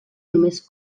només